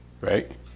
Right